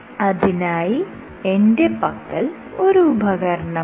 അതിനായി എന്റെ പക്കൽ ഒരു ഉപകരണമുണ്ട്